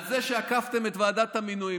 על זה שעקפתם את ועדת המינויים.